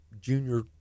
junior